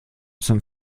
zum